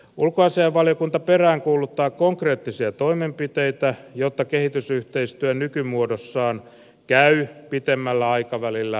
ulkoasiainvaliokunta peräänkuuluttaa konkreettisia toimenpiteitä jotta kehitysyhteistyö nykymuodossaan käy pitemmällä aikavälillä tarpeettomaksi